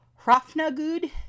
Hrafnagud